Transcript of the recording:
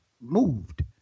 moved